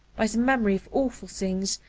by the memory of awful things,